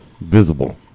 visible